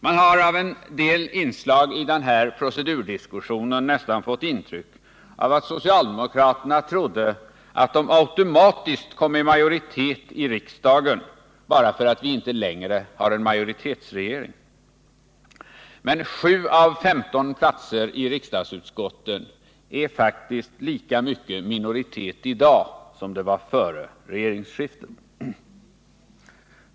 Man har av en del inslag i den här procedurdiskussionen nästan fått intryck av att socialdemokraterna trodde att de automatiskt kom i majoritet i riksdagen bara därför att vi inte längre har en majoritetsregering, men sju av femton platser i riksdagsutskotten är faktiskt lika mycket minoritet i dag som de var det före regeringsskiftet.